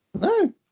No